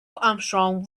armstrong